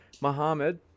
Muhammad